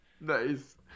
Nice